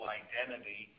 identity